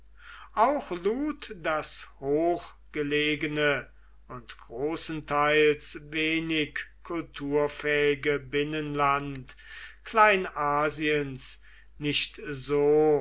auch lud das hochgelegene und großenteils wenig kulturfähige binnenland kleinasiens nicht so